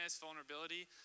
vulnerability